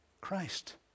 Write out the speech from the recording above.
Christ